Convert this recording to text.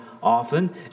Often